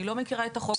אני לא מכירה את החוק,